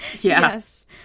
Yes